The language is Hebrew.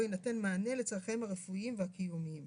יינתן מענה לצרכיהם הרפואיים והקיומיים.